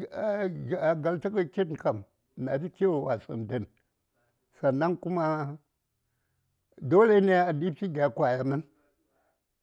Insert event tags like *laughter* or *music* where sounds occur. *hesitation* Galtsə gə kin kam mya fi kiwo wasəŋ dən sannan kuma dole ne a ɗibshi gya kwaya mən